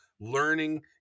learning